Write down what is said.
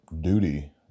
duty